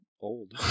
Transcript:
old